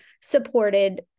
supported